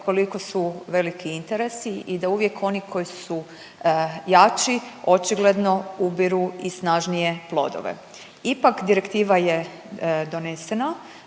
koliko su veliki interesi i da uvijek oni koji su jači očigledno ubiru i snažnije plodove. Ipak, direktiva je donesena,